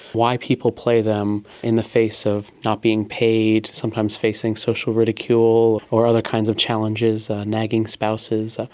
why people play them in the face of not being paid, sometimes facing social ridicule or other kinds of challenges, nagging spouses. ah